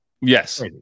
yes